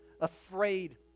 afraid